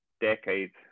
decades